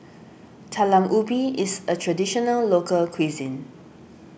Talam Ubi is a Traditional Local Cuisine